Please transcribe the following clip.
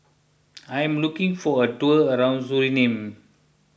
I am looking for a tour around Suriname